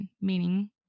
meaning